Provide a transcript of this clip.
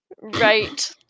right